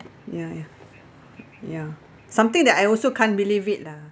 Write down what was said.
ya ya ya something that I also can't believe it lah